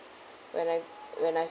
when I when I